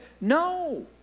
no